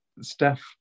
Steph